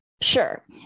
Sure